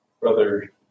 Brother